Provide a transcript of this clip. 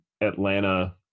Atlanta